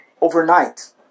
overnight